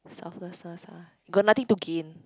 ah got nothing to gain